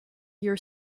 your